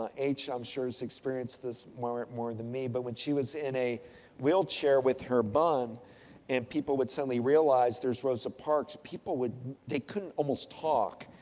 ah h i'm sure has experienced this more more than me. but, when she was in a wheelchair with her bun and people would suddenly realize there's rosa parks, people would they couldn't almost talk.